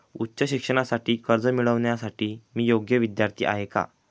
उच्च शिक्षणासाठी कर्ज मिळविण्यासाठी मी योग्य विद्यार्थी आहे का?